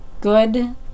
good